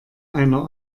einer